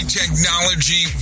technology